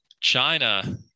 China